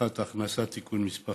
הבטחת הכנסה (תיקון מס'